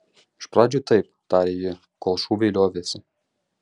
iš pradžių taip tarė ji kol šūviai liovėsi